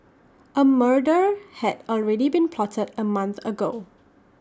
A murder had already been plotted A month ago